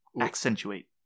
accentuate